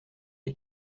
les